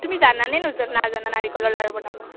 তুমি জানানে নজ নাজানা নাৰিকলৰ লাৰু বনাব